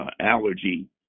allergy